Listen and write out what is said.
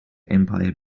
empire